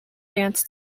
dance